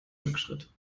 rückschritt